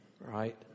right